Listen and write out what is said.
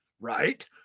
right